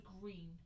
green